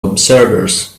observers